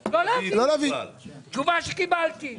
לא כל כך מבין.